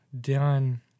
done